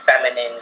feminine